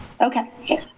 Okay